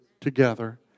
together